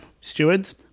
stewards